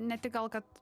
ne tik gal kad